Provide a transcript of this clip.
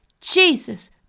Jesus